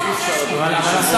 אי-אפשר, אדוני היושב-ראש.